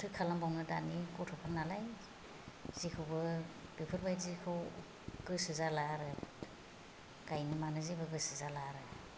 माथो खालामबावनो दानि गथ'फोर नालाय जेखौबो बेफोरबायदिखौ गोसो जाला आरो गायनो मानो जेबो गोसो जाला आरो